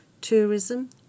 tourism